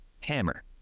hammer